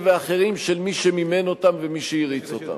ואחרים של מי שמימן אותם ומי שהריץ אותם.